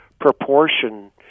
proportion